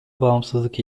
bağımsızlık